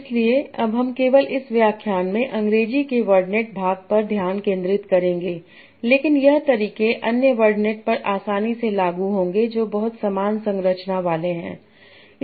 इसलिए अब हम केवल इस व्याख्यान में अंग्रेजी के वर्डनेट भाग पर ध्यान केंद्रित करेंगे लेकिन यह तरीके अन्य वर्डनेट पर आसानी से लागू होंगे जो बहुत समान संरचना वाले हैं